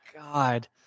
God